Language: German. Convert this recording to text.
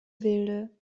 wilde